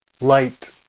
light